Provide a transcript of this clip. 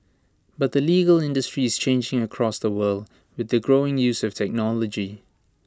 but the legal industry is changing across the world with the growing use of technology